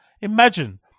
Imagine